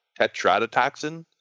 tetrodotoxin